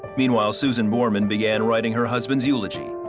meanwhile, susan borman began writing her husbands eulogy.